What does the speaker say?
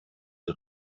der